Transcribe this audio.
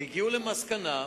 והגיעו למסקנה.